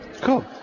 Cool